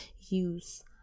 use